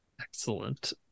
Excellent